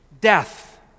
death